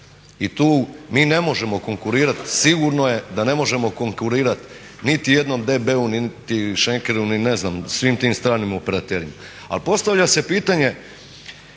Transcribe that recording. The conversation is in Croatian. I tu mi ne možemo konkurirati. Sigurno je da ne možemo konkurirati niti jednom …/Govornik se ne razumije./… ni ne znam, svim tim stranim operaterima. Ali postavlja se pitanje